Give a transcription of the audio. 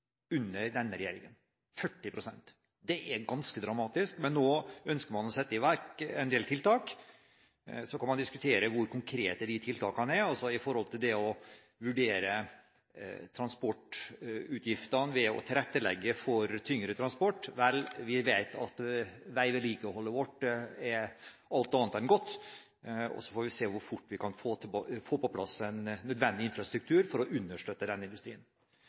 under denne regjeringen. 40 pst. – det er ganske dramatisk. Nå ønsker man å sette i verk en del tiltak. Man kan diskutere hvor konkrete de tiltakene er i forhold til det å vurdere transportutgiftene ved å tilrettelegge for tyngre transport. Vel, vi vet at veivedlikeholdet vårt er alt annet enn godt, så vi får se hvor fort vi kan få på plass en nødvendig infrastruktur for å understøtte den industrien. Jeg merker meg at statsråden mener det kun er transportkostnadene som er konkurranseulempen til denne